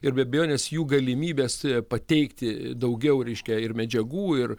ir be abejonės jų galimybės pateikti daugiau reiškia ir medžiagų ir